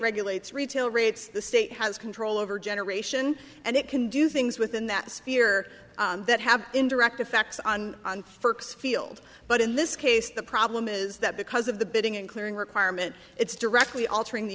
regulates retail rates the state has control over generation and it can do things within that sphere that have indirect effects on the field but in this case the problem is that because of the bidding and clearing requirement it's directly altering the